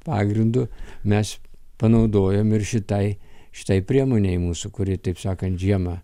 pagrindu mes panaudojom ir šitai šitai priemonei mūsų kuri taip sakant žiemą